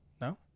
no